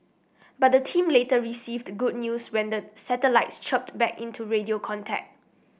but the team later received good news when the satellites chirped back into radio contact